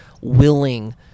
willing